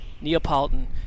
Neapolitan